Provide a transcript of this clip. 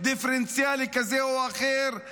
דיפרנציאלי כזה או אחר,